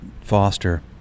foster